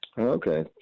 Okay